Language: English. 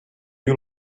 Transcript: you